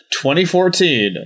2014